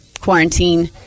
quarantine